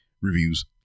reviews